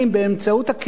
באמצעות הכלים,